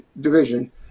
division